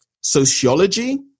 sociology